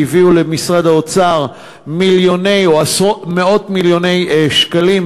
שהביאו למשרד האוצר מיליוני או מאות-מיליוני שקלים,